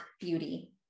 beauty